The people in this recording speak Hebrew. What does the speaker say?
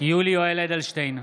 יולי יואל אדלשטיין,